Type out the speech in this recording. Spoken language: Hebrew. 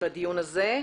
בדיון הזה.